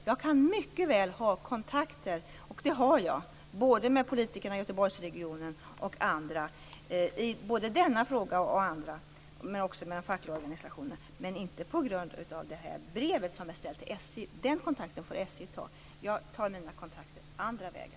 Jag kan mycket väl ha kontakter - och det har jag, både med politikerna i Göteborgsregionen och med de fackliga organisationerna i såväl denna fråga som i andra frågor - men inte på grund av brevet som är ställt till SJ. En sådan kontakt får SJ ta. Jag tar mina kontakter på andra vägar.